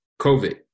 COVID